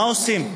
מה עושים?